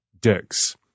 dicks